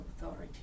authority